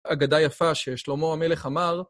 אגדה יפה ששלמה המלך אמר.